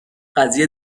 قضیه